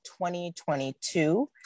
2022